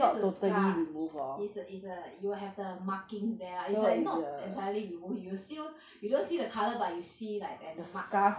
it's just a scar it's a it's a you will have the markings there lah is like not entirely removed you will still you don't see the colour but you see like there's mark ah